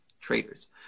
traders